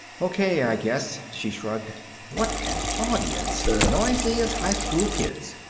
okay, i guess, she shrugged. what an audience! noisy as highschool kids.